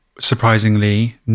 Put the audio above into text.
surprisingly